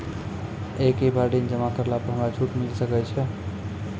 एक ही बार ऋण जमा करला पर हमरा छूट मिले सकय छै?